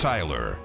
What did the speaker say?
Tyler